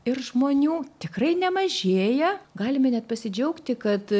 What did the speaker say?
ir žmonių tikrai nemažėja galime net pasidžiaugti kad